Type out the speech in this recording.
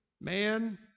man